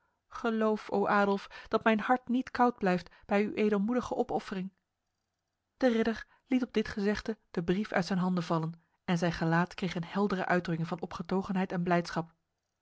geloof o adolf dat mijn hart niet koud blijft bij uw edelmoedige opoffering de ridder liet op dit gezegde de brief uit zijn handen vallen en zijn gelaat kreeg een heldere uitdrukking van opgetogenheid en blijdschap